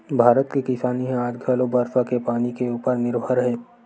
भारत के किसानी ह आज घलो बरसा के पानी के उपर निरभर हे